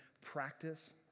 practice